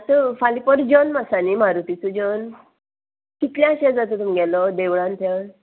आतां फाल्यां परा जल्म आसा न्ही मारुतीचो जल्म कितल्याशे जाता तुमगेलो देवळांत ते